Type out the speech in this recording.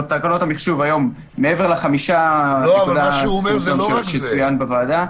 בתקנות המחשוב היום מעבר ל-5.4 שצוין בוועדה,